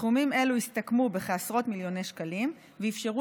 סכומים אלו הסתכמו בעשרות מיליוני שקלים ואפשרו